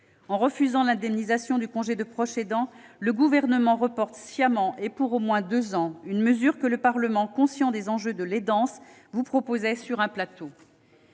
En refusant l'indemnisation du congé de proche aidant, le Gouvernement reporte sciemment, et pour au moins deux ans, une mesure que le Parlement, conscient des enjeux de l'aidance, vous proposait sur un plateau.